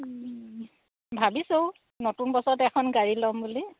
ভাবিছোঁ নতুন বছৰত এখন গাড়ী ল'ম বুলি